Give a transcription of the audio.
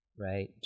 right